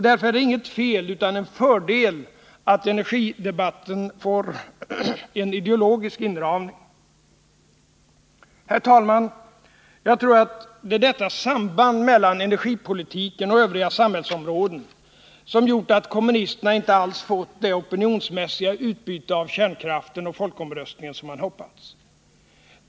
Därför är det inget fel utan en fördel att energidebatten får en ideologisk inramning. Herr talman! Jag tror att det är detta samband mellan energipolitiken och övriga samhällsområden som gjort att kommunisterna inte alls fått det opinionsmässiga utbyte av kärnkraften och folkomröstningen som man hoppats.